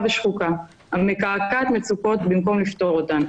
ושחוקה המקעקעת מצוקות במקום לפתור אותן,